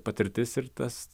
patirtis ir tas